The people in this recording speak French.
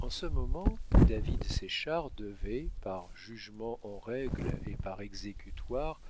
en ce moment david séchard devait par jugement en règle et par exécutoires